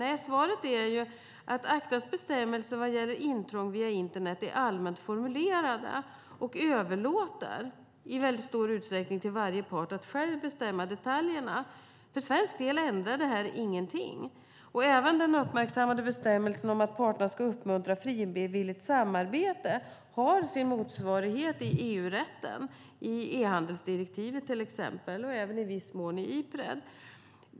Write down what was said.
Nej, svaret är att ACTA:s bestämmelser vad gäller intrång via internet är allmänt formulerade och överlåter i stor utsträckning till varje part att själv bestämma detaljerna. För svensk del ändrar det här ingenting. Även den uppmärksammade bestämmelsen om att parterna ska uppmuntra frivilligt samarbete har sin motsvarighet i EU-rätten, i till exempel e-handelsdirektivet och även i viss mån i Ipred.